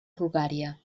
bulgària